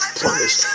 promise